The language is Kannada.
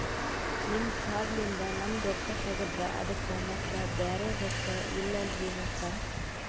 ನಿಮ್ ಕಾರ್ಡ್ ಲಿಂದ ನಮ್ ರೊಕ್ಕ ತಗದ್ರ ಅದಕ್ಕ ಮತ್ತ ಬ್ಯಾರೆ ರೊಕ್ಕ ಇಲ್ಲಲ್ರಿ ಮತ್ತ?